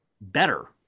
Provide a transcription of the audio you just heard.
better